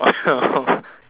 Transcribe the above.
you drew hair